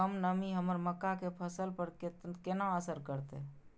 कम नमी हमर मक्का के फसल पर केना असर करतय?